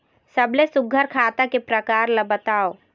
सबले सुघ्घर खाता के प्रकार ला बताव?